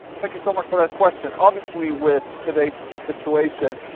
thank you so much for that question, obviously with today's situation.